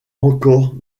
encore